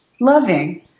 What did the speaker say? loving